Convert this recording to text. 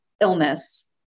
illness